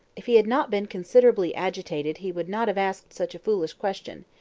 if he had not been considerably agitated he would not have asked such a foolish question,